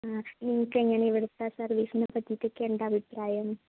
ആ നിങ്ങൾക്ക് എങ്ങനെയാണ് ഇവിടുത്തെ സർവ്വീസിനെ പറ്റിയിട്ടൊക്കെ എന്താ അഭിപ്രായം